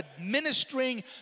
administering